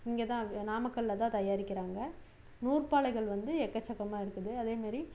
இங்கேதான் நாமக்கல்லில்தான் தயாரிக்கிறாங்க நூற்பாலைகள் வந்து எக்கச்சக்கமாக இருக்குது அதேமாதிரி